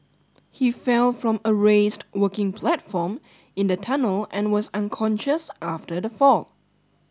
he fell from a raised working platform in the tunnel and was unconscious after the fall